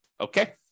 Okay